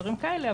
דברים כאלה,